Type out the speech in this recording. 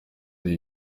hari